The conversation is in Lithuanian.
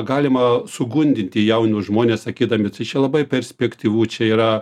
galima sugundyti jaunus žmones sakydami čia labai perspektyvu čia yra